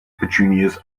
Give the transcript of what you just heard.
petunias